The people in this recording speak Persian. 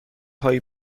هایی